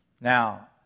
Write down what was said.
Now